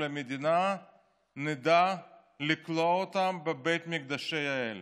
המדינה נדע לכלוא אותם בבית מקדשי האל".